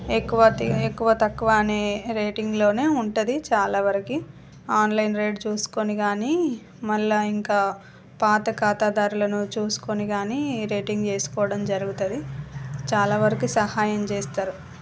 ఎక్కువ ఎక్కువ తక్కువ అనే రేటింగ్లోనే ఉంటుంది చాలావరకి ఆన్లైన్ రేట్ చూసుకొని కాని మళ్ళీ ఇంకా పాత ఖాతాదారులను చూసుకొని కాని రేటింగ్ చేసుకోవడం జరుగుతుంది చాలా వరకు సహాయం చేస్తారు